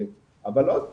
אבל עוד פעם,